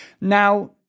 now